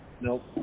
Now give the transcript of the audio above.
Nope